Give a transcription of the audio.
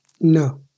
No